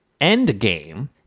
endgame